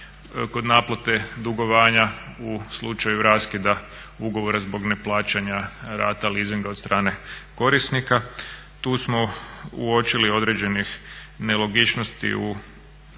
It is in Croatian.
kod naplate dugovanja u slučaju raskida ugovora zbog neplaćanja rata reasinga od strane korisnika. Tu smo uočili određenih nelogičnosti u